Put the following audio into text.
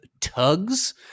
tugs